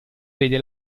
vede